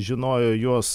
žinojo jos